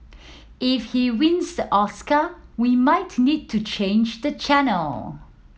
if he wins the Oscar we might need to change the channel